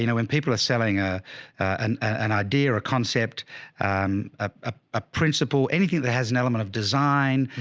you know when people are selling ah an an idea or a concept um ah a principle, anything that has an element of design,